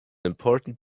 important